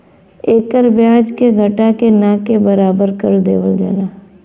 एकर ब्याज के घटा के ना के बराबर कर देवल जाला